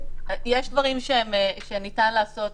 יכולים -- יש דברים שניתן לעשות